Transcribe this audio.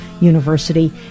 University